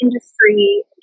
industry